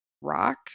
rock